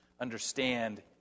understand